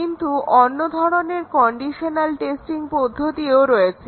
কিন্তু অন্য ধরনের কন্ডিশনাল টেস্টিং পদ্ধতিও রয়েছে